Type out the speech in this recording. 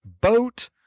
boat